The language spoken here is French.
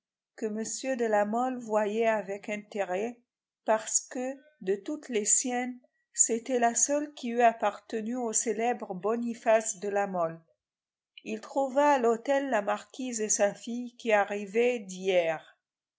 que m de la mole voyait avec intérêt parce que de toutes les siennes c'était la seule qui eût appartenu au célèbre boniface de la mole il trouva à l'hôtel la marquise et sa fille qui arrivaient